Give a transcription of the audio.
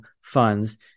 funds